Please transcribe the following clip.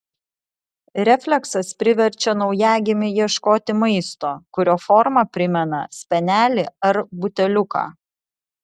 refleksas priverčia naujagimį ieškoti maisto kurio forma primena spenelį ar buteliuką